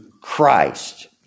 Christ